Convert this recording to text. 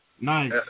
Nice